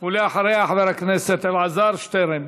ואחריה, חבר הכנסת אלעזר שטרן.